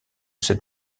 cette